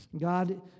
God